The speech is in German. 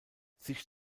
sich